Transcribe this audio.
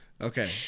Okay